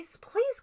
please